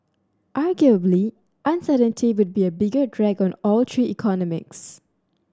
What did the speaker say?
arguably uncertainty would be a bigger drag on all three economies